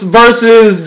versus